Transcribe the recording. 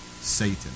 Satan